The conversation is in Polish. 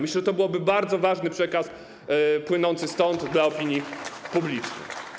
Myślę, że to byłby bardzo ważny przekaz płynący stąd dla opinii publicznej.